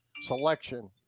selection